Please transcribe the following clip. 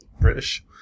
British